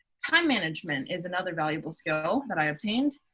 time management is another valuable skill that i obtained.